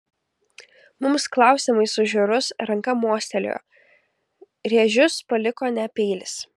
mums klausiamai sužiurus ranka mostelėjo rėžius paliko ne peilis